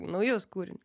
naujus kūrinius